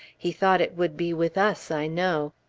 he thought it would be with us, i know!